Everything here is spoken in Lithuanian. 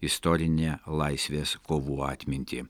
istorinę laisvės kovų atmintį